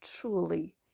truly